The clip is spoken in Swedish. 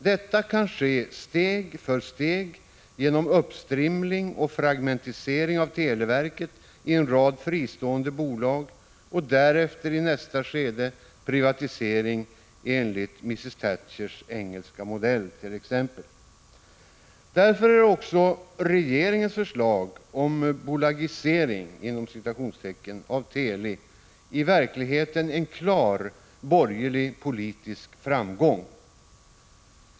Detta kan ske steg för steg genom uppstrimling och fragmentisering av televerket i en rad fristående bolag och därefter i nästa skede privatisering enligt t.ex. Mrs Thatchers engelska modell. Därför är också regeringens förslag om ”bolagisering” av Teli i verkligheten en klar borgerlig politisk framgång.